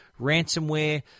Ransomware